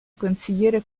consigliere